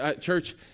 church